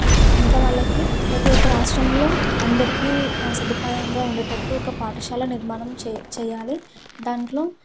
ఇంకా వాళ్ళకి ప్రతీ ఒక్క రాష్ట్రంలో అందరికీ సదుపాయంగా ఉండేటట్టు ఒక పాఠశాల నిర్మాణం చె చేయాలి దాంట్లో